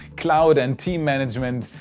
cloud and team management.